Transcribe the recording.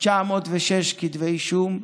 906 כתבי אישום,